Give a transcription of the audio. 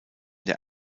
der